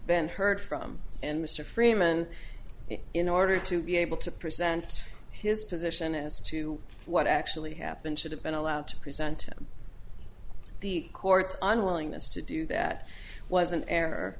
been heard from and mr freeman in order to be able to present his position as to what actually happened should have been allowed to present the court's unwillingness to do that was an error